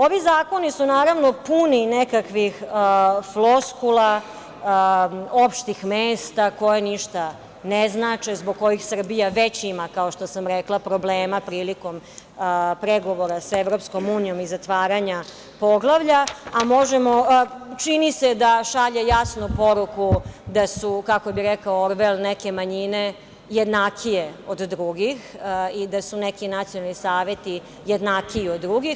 Ovi zakoni su naravno puni nekakvih floskula, opštih mesta koja ništa ne znače, zbog kojih Srbija već ima, kao što sam rekla, problema prilikom pregovora sa EU i zatvaranja poglavlja, a čini se da šalje jasnu poruku da su, kako bi rekao Orvel, neke manjine jednakije od drugih i da su neki nacionalni saveti jednakiji od drugih.